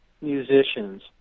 musicians